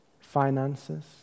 finances